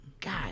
God